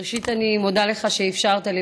ראשית, אני מודה לך שאפשרת לי.